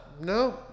no